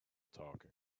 talking